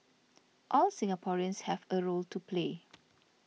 all Singaporeans have a role to play